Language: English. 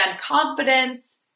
confidence